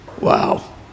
Wow